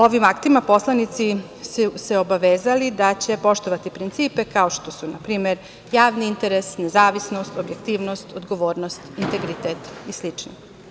Ovim aktima poslanici su se obavezali da će poštovati principe, kao što su na primer: javni interes, nezavisnost, objektivnost, odgovornost, integritet i slični.